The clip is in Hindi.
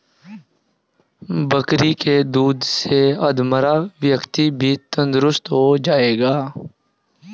बकरी के दूध से अधमरा व्यक्ति भी तंदुरुस्त हो जाएगा